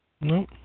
No